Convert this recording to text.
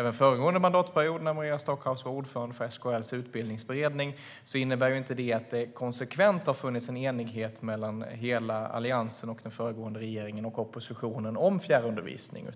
under föregående mandatperiod, då Maria Stockhaus var ordförande för SKL:s utbildningsberedning - innebär det inte att det konsekvent har funnits en enighet mellan hela Alliansen, den föregående regeringen och den tidigare oppositionen om fjärrundervisning.